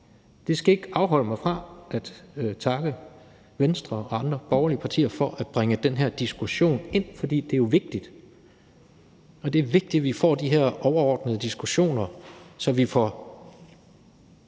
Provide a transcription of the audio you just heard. Det skal ikke afholde mig fra at takke Venstre og andre borgerlige partier for at bringe den her diskussion op, for den er jo vigtig, og det er vigtigt, at vi får de her overordnede diskussioner, så vi får